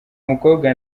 mukobwa